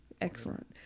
Excellent